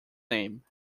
name